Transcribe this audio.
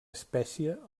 espècie